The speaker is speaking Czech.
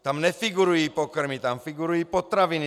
Tam nefigurují pokrmy, tam figurují potraviny.